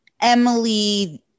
Emily